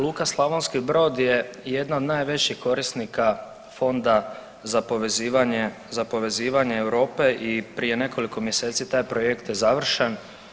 Luka Slavonski Brod je jedna od najvećih korisnika fonda za povezivanje, za povezivanje Europe i prije nekoliko mjeseci taj projekt je završen.